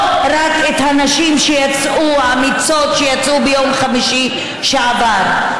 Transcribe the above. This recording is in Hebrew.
לא רק את הנשים האמיצות שיצאו ביום חמישי שעבר,